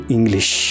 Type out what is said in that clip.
English